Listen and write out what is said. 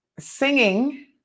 Singing